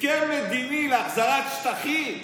הסכם מדיני להחזרת שטחים?